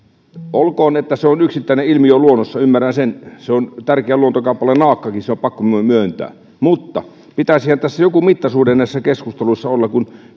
olkoon että se on yksittäinen ilmiö luonnossa ymmärrän sen se on tärkeä luontokappale naakkakin se on pakko myöntää mutta pitäisihän joku mittasuhde näissä keskusteluissa olla kun